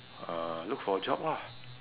uh look for a job lah